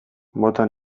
bota